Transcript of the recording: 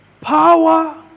power